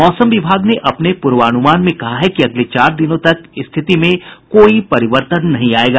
मौसम विभाग ने अपने पूर्वानुमान में कहा है कि अगले चार दिनों तक स्थिति में कोई परिवर्तन नहीं आयेगा